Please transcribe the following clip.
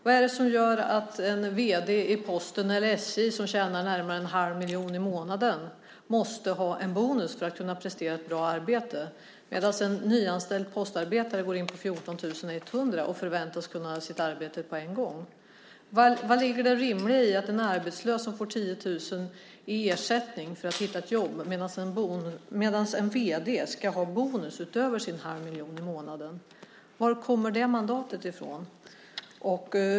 Vad är det som gör att en vd i Posten eller SJ som tjänar närmare en halv miljon i månaden måste ha en bonus för att kunna prestera ett bra arbete, medan en nyanställd postarbetare går in på 14 100 kr och förväntas kunna sitt arbete på en gång? Var ligger det rimliga i att en arbetslös får 10 000 kr i ersättning för att hitta ett jobb, medan en vd ska ha bonus utöver sin halva miljon i månaden? Varifrån kommer det mandatet?